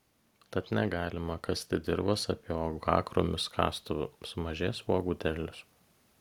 tad negalima kasti dirvos apie uogakrūmius kastuvu sumažės uogų derlius